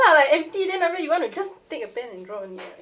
like empty then after that you want to just take a pen and draw only